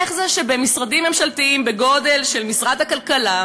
איך זה שבמשרדים ממשלתיים בגודל של משרד הכלכלה,